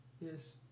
Yes